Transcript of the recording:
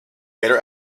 better